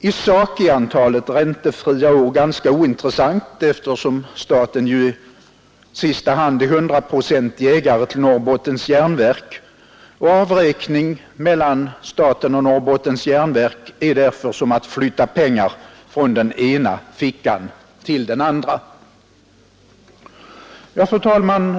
I sak är antalet räntefria år ganska ointressant, eftersom staten i sista hand är hundraprocentig ägare till Norrbottens järnverk, och avräkning mellan staten och Norrbottens järnverk är därför som att flytta pengar från den ena fickan till den andra. Fru talman!